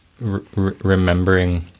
remembering